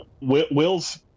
Will's